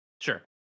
Sure